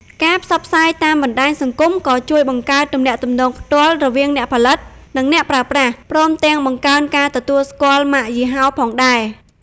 ការផ្សព្វផ្សាយតាមបណ្ដាញសង្គមក៏ជួយបង្កើតទំនាក់ទំនងផ្ទាល់រវាងអ្នកផលិត និងអ្នកប្រើប្រាស់ ព្រមទាំងបង្កើនការទទួលស្គាល់ម៉ាកយីហោផងដែរ។